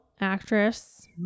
actress